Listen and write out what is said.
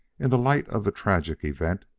in the light of the tragic event,